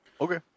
Okay